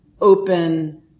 open